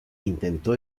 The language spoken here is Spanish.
intentó